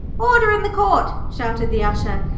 order in the court shouted the usher,